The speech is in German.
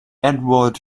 edward